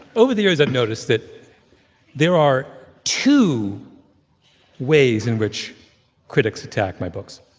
over the years, i've noticed that there are two ways in which critics attack my books